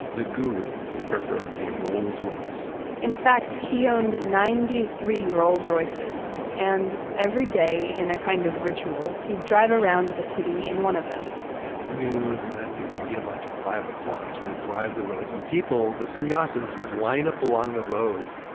the guru preferred a rolls royce in fact, he owned ninety three rolls royces and every day in a kind of ritual, he'd drive around the city in one of them at noon and then again like at five o'clock he would drive the roads and people, the sannyasins, would line up along the roads,